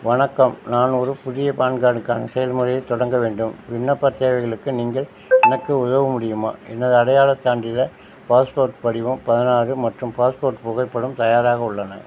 வணக்கம் நான் ஒரு புதிய பேன் கார்டுக்கான செயல்முறையைத் தொடங்க வேண்டும் விண்ணப்பத் தேவைகளுக்கு நீங்கள் எனக்கு உதவ முடியுமா எனது அடையாளச் சான்றிதழ் பாஸ்போர்ட் படிவம் பதினாறு மற்றும் பாஸ்போர்ட் புகைப்படம் தயாராக உள்ளன